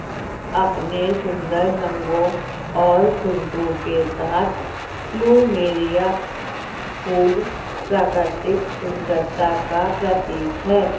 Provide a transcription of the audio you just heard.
अपने सुंदर रंगों और खुशबू के साथ प्लूमेरिअ फूल प्राकृतिक सुंदरता का प्रतीक है